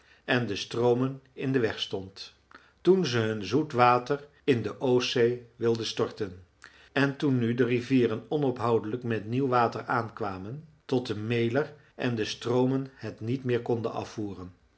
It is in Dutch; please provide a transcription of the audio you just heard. en de stroomen in den weg stond toen ze hun zoet water in de oostzee wilden storten en toen nu de rivieren onophoudelijk met nieuw water aankwamen tot de mäler en de stroomen het niet meer konden afvoeren